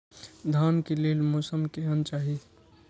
धान के लेल मौसम केहन चाहि?